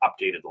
updated